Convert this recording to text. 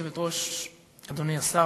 גברתי היושבת-ראש, אדוני השר,